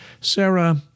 Sarah